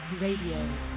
Radio